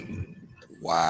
Wow